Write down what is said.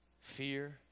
Fear